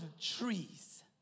trees